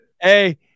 Hey